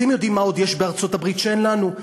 אתם יודעים מה עוד יש בארצות-הברית שאין לנו?